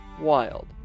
wild